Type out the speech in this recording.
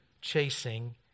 chasing